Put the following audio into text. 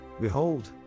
Behold